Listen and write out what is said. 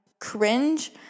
cringe